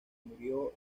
murió